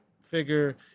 figure